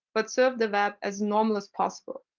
but surf the web as normal as possible.